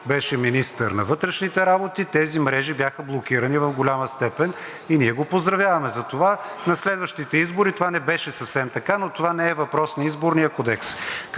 беше министър на вътрешните работи, тези мрежи бяха блокирани в голяма степен и ние го поздравяваме затова. На следващите избори това не беше съвсем така, но това не е въпрос на Изборния кодекс.